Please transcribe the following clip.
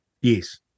Yes